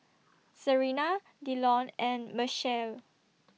Serina Dillon and Machelle